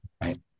right